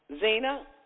Zena